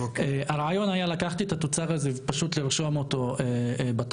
הרעיון היה לקחת את התוצר הזה ופשוט לרשום אותו בטאבו,